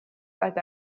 baut